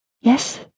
Yes